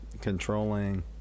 controlling